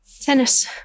Tennis